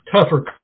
tougher